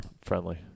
friendly